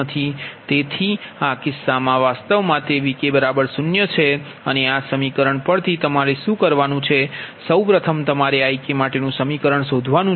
તેથી આ કિસ્સામાં વાસ્તવમાં તે Vk0 છે અને આ સમીકરણ પરથી તમારે શું કરવાનુ છે સૌ પ્રથમ તમારે Ikમાટેનુ સમીકરણ શોધવાનુ છે